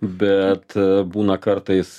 bet būna kartais